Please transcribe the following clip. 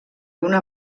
una